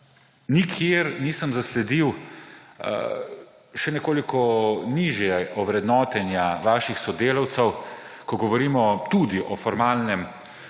nikjer nisem zasledil še nekoliko nižje ovrednotenja vaših sodelavcev, ko govorimo tudi o formalnih